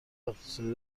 اقتصادی